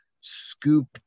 scoop